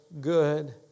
good